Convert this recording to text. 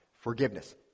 forgiveness